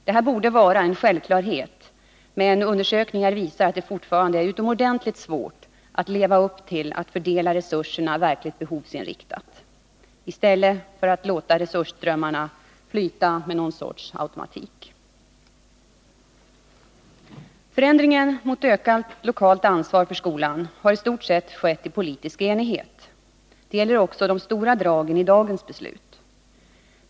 Det borde vara en självklarhet, men undersökningar visar att det fortfarande är utomordentligt svårt att leva upp till att fördela resurserna verkligt behovsinriktat i stället för att låta resursströmmarna flyta med någon sorts automatik. Förändringen i riktning mot ökat lokalt ansvar för skolan har i stort sett skett i politisk enighet. Det gäller alltså de stora dragen i dagens beslut.